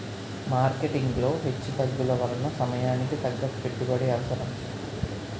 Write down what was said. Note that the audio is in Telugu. మార్కెటింగ్ లో హెచ్చుతగ్గుల వలన సమయానికి తగ్గ పెట్టుబడి అవసరం